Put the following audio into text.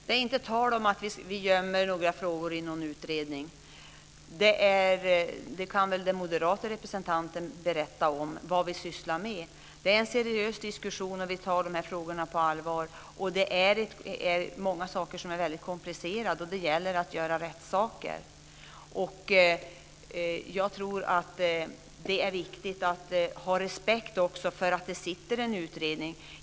Fru talman! Det är inte tal om att vi gömmer några frågor i en utredning. Den moderate representanten kan väl berätta vad vi sysslar med. Vi för en seriös diskussion och tar de här frågorna på allvar. Många saker är väldigt komplicerade och det gäller att handla rätt. Det är också viktigt att ha respekt för att det pågår en utredning.